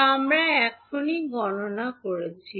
যা আমরা এখনই গণনা করেছি